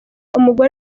umugore